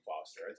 Foster